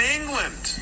England